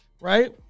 right